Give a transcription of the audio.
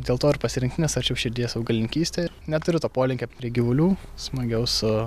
dėl to ir pasirinkti nes arčiau širdies augalininkystė neturiu to polinkio prie gyvulių smagiau su